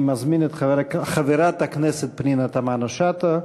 אני מזמין את חברת הכנסת פנינה תמנו-שטה.